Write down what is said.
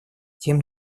тем